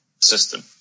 system